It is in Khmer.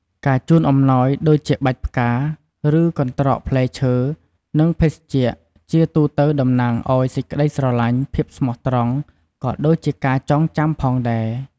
ការជូនអំណោយដូចជាបាច់ផ្កា ឬ កន្ត្រកផ្លែឈើ និងភេសជ្ជៈ ជាទូទៅតំណាងឱ្យសេចក្ដីស្រឡាញ់ ភាពស្មោះត្រង់ ក៏ដូចជាការចងចាំផងដែរ។